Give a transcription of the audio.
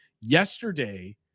Yesterday